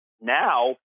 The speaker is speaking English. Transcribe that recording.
Now